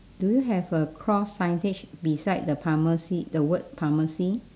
do you have a cross signage beside the pharmacy the word pharmacy